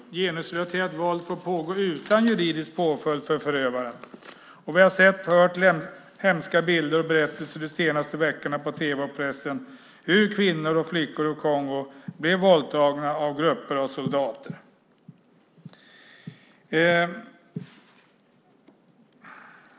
Genusrelaterat våld får pågå utan juridisk påföljd för förövaren. Vi har sett, hört och läst hemska bilder och berättelser under de senaste veckorna på tv och i pressen om hur kvinnor och flickor i Kongo blev våldtagna av grupper av soldater.